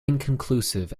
inconclusive